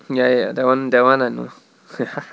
ya ya ya that one that one I know